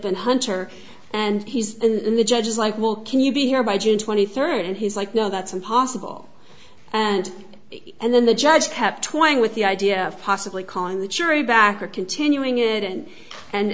been hunter and he's in the judge's like will can you be here by june twenty third and he's like no that's impossible and and then the judge kept trying with the idea of possibly calling the jury back or continuing it and and